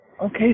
Okay